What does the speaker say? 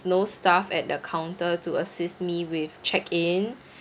no staff at the counter to assist me with check in